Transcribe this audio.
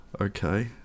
okay